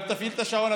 גם תפעיל את השעון,